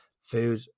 Food